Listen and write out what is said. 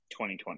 2020